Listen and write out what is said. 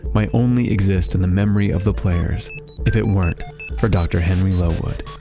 might only exist in the memory of the players if it weren't for dr. henry lowood